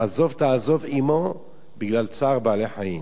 "עזֹב תעזֹב עמו" בגלל צער בעלי-חיים.